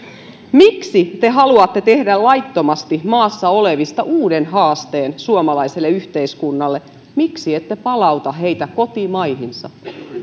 miksi te haluatte tehdä laittomasti maassa olevista uuden haasteen suomalaiselle yhteiskunnalle miksi ette palauta heitä kotimaihinsa